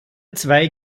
zwei